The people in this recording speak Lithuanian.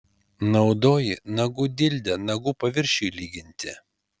naudoji nagų dildę nagų paviršiui lyginti